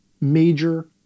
major